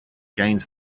gains